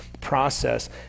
process